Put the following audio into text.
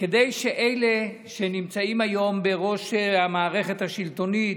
כדי שאלה שנמצאים היום בראש המערכת השלטונית,